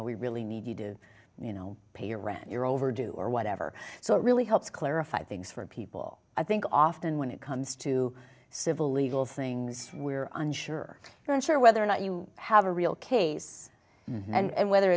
know we really need to do you know pay your rent your overdue or whatever so it really helps clarify things for people i think often when it comes to civil legal things we're unsure then sure whether or not you have a real case and whether